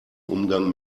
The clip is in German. umgang